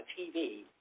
TV